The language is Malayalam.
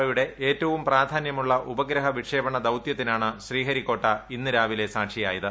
ഒയുടെ ഏറ്റവും പ്രാധാന്യമുള്ള ഉപഗ്രഹ വിക്ഷേപണ ദൌത്യത്തിനാണ് ശ്രീഹരിക്കോട്ട ഇന്ന് രാവിലെ സാക്ഷിയായത്